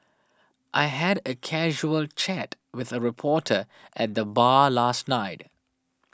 I had a casual chat with a reporter at the bar last night